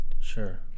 sure